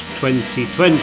2020